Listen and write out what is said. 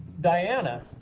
Diana